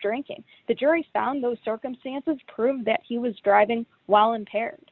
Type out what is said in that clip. drinking the jury found those circumstances prove that he was driving while impaired